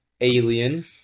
Alien